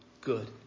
good